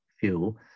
fuel